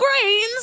grains